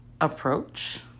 approach